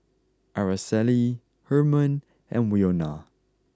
Aracely Herman and Winona